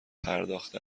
پرداخته